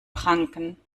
pranken